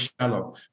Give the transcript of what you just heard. shallow